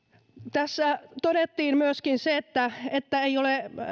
tässä todettiin myöskin se että että ei ole